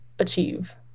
achieve